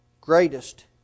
greatest